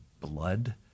blood